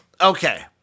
Okay